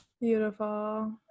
Beautiful